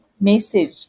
message